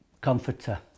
Comforter